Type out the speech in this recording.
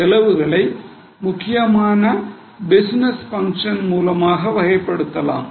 எனவே செலவுகளை முக்கியமான பிசினஸ் பங்ஷன் மூலமாகவும் வகைப்படுத்தலாம்